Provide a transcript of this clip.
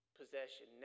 possession